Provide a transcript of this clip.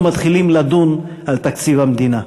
אנחנו מתחילים לדון על תקציב המדינה,